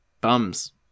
Bums